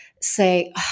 say